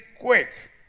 quick